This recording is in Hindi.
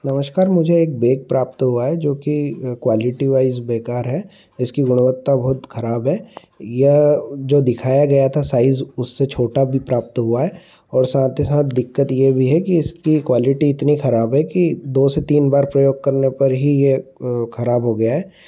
नमस्कार मुझे एक बैग प्राप्त हुआ है जो कि क्वालिटी वाईज़ बेकार है इसकी गुणवत्ता बहुत ख़राब है यह जो दिखाया गया था साईज उससे छोटा भी प्राप्त हुआ है और साथ ही साथ दिक्कत ये भी है कि इसकी क्वालिटी इतनी ख़राब है कि दो से तीन बार प्रयोग करने पर ही ये ख़राब हो गया है